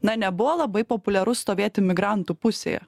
na nebuvo labai populiaru stovėti migrantų pusėje